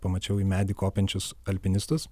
pamačiau į medį kopiančius alpinistus